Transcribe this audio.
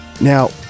Now